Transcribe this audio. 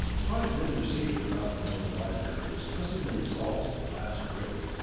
five men were seated about the morey library, discussing the results of the last raid,